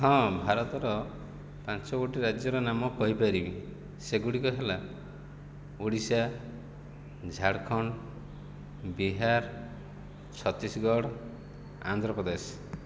ହଁ ଭାରତର ପାଞ୍ଚ ଗୋଟି ରାଜ୍ୟର ନାମ କହିପାରିବି ସେଗୁଡ଼ିକ ହେଲା ଓଡ଼ିଶା ଝାଡ଼ଖଣ୍ଡ ବିହାର ଛତିଶଗଡ଼ ଆନ୍ଧ୍ରପ୍ରଦେଶ